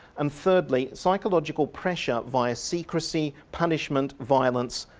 and thirdly, psychological pressure via secrecy, punishment, violence,